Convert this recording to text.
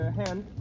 hand